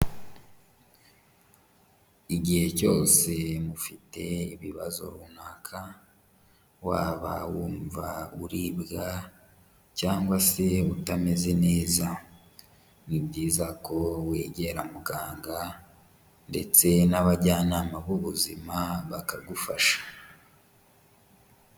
Igihe cyose mufite ibibazo runaka, waba wumva uribwa cyangwa se utameze neza, ni byiza ko wegera muganga ndetse n'abajyanama b'ubuzima bakagufasha.